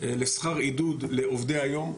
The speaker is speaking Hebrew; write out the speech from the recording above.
לשכר עידוד לעובדי היום.